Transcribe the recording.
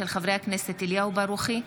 של חברי הכנסת אליהו ברוכי,